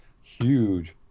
Huge